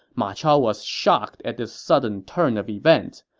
ma chao was shocked at this sudden turn of events,